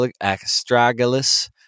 astragalus